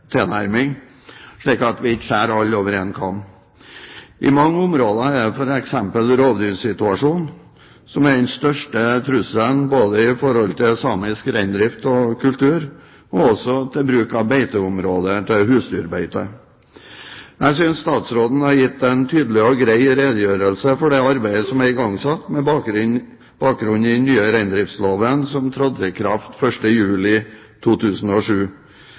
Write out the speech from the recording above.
tilnærming, slik at vi ikke skjærer alle over en kam. I mange områder er det f.eks. rovdyrsituasjonen som er den største trusselen mot samisk reindrift og samisk kultur, og også mot beiteområder for husdyr. Jeg synes statsråden har gitt en tydelig og grei redegjørelse for det arbeidet som er igangsatt, med bakgrunn i den nye reindriftsloven, som trådte i kraft 1. juli 2007.